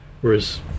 whereas